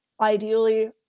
ideally